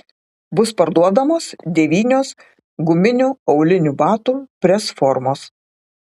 bus parduodamos devynios guminių aulinių batų presformos